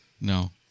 No